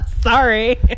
Sorry